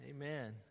Amen